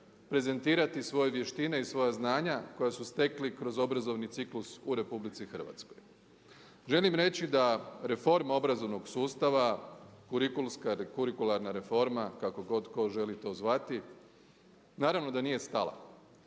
prezentirati svoje vještine i svoja znanja koja su stekli kroz obrazovni ciklus u RH. Želim reći da reforma obrazovnog sustava, kurikulska ili kurikularna reforma, kako god tko želi to zvati, naravno da nije stala.